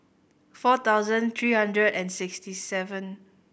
four thousand three hundred and sixty seven